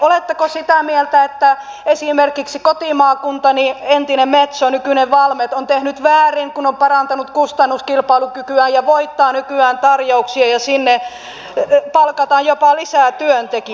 oletteko sitä mieltä että esimerkiksi kotimaakunnassani entinen metso nykyinen valmet on tehnyt väärin kun on parantanut kustannuskilpailukykyään ja voittaa nykyään tarjouksia ja sinne palkataan jopa lisää työntekijöitä